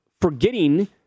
forgetting